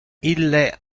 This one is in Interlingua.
ille